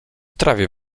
trawie